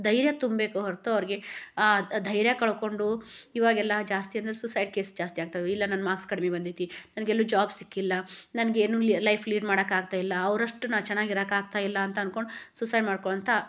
ಧೈರ್ಯ ತುಂಬಬೇಕೊ ಹೊರತು ಅವ್ರಿಗೆ ಧೈರ್ಯ ಕಳಕೊಂಡು ಇವಾಗೆಲ್ಲ ಜಾಸ್ತಿ ಅಂದರೆ ಸುಸೈಡ್ ಕೇಸ್ ಜಾಸ್ತಿ ಆಗ್ತವು ಇಲ್ಲ ನನ್ನ ಮಾರ್ಕ್ಸ್ ಕಡ್ಮೆ ಬಂದೈತಿ ನನಗೆಲ್ಲು ಜಾಬ್ ಸಿಕ್ಕಿಲ್ಲಾ ನನಗೇನು ಲೈಫ್ ಲೀಡ್ ಮಾಡೋಕ್ಕಾಗ್ತಾಯಿಲ್ಲ ಅವರಷ್ಟು ನಾ ಚೆನ್ನಾಗಿರೋಕಾಗ್ತಾಯಿಲ್ಲ ಅಂತ ಅನ್ಕೊಂಡು ಸುಸೈಡ್ ಮಾಡ್ಕೊಳ್ಳೋಂಥ